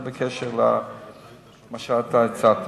זה בקשר למה שאתה הצעת.